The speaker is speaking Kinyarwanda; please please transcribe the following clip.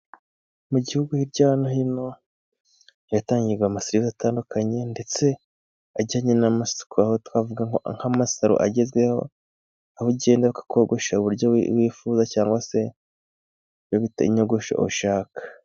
Mu gihugu hirya no hino haratangirwa amaserivise atandukanye, ndetse ajyanye n'amasuku. Aha twavuga nk'amasaro agezweho, aho ugenda bakakogosha uburyo wifuza cyangwa se bitewe n'inyogosho ushaka.